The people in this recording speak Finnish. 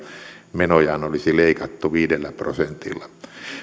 menojaan olisi leikattu viidellä prosentilla